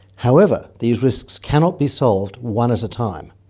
however, these risks cannot be solved one at a time,